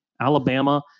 Alabama